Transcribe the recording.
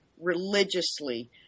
religiously